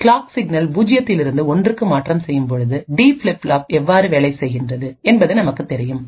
clock signal பூஜ்ஜியத்தில் இருந்து ஒன்றுக்கு மாற்றம் செய்யும் பொழுது டி ஃபிளிப் ஃப்ளாப் எவ்வாறு வேலை செய்கிறது என்பது நமக்கு தெரியும்